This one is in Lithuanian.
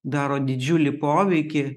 daro didžiulį poveikį